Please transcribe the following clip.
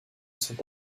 sont